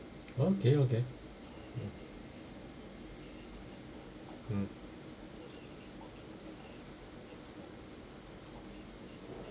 okay okay mm mm